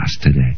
today